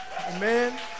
Amen